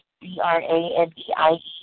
B-R-A-N-D-I-E